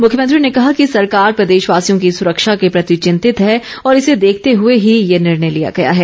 मुख्यमंत्री ने कहा कि सरकार प्रदेशवासियों की सुरक्षा के प्रति चिंतित है और इसे देखते हुए ही ये निर्णय लिया गया है